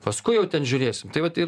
paskui jau ten žiūrėsim tai vat ir